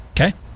okay